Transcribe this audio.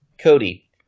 Cody